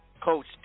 Coach